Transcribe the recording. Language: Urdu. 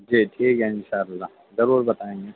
جی ٹھیک ہے انشا اللہ ضرور بتائیں گے